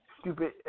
stupid